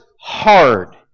hard